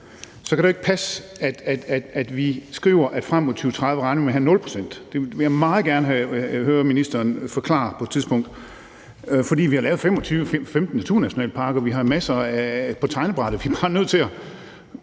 kan det jo ikke passe, at vi skriver, at vi frem mod 2030 regner med at have 0 pct., og det vil jeg meget gerne høre ministeren forklare på et tidspunkt. For vi har lavet 15 naturnationalparker, og vi har jo masser på tegnebrættet, men vi er bare nødt til at